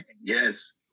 Yes